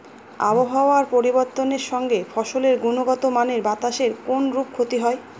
আবহাওয়ার পরিবর্তনের সঙ্গে ফসলের গুণগতমানের বাতাসের কোনরূপ ক্ষতি হয়?